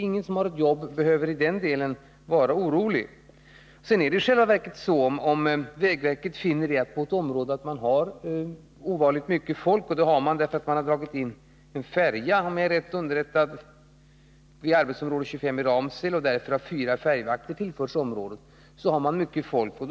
Ingen som har ett jobb behöver vara orolig för att mista det. Sedan kan det hända att vägverket finner att man på en ort har ovanligt mycket folk. Och det har man, om jag är rätt underrättad, vid arbetsområde 25i Ramsele därför att man har dragit in en färja. I samband därmed har fyra färjvakter tillförts området.